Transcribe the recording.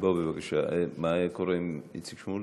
מה קורה עם איציק שמולי?